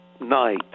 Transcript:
night